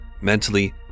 mentally